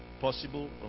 possible